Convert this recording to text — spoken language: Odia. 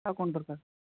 ଆଉ କ'ଣ ଦରକାର